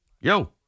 Yo